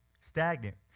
stagnant